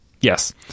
yes